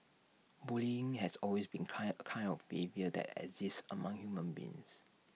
bullying has always been kind kind of behaviour that exists among human beings